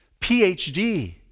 PhD